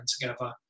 together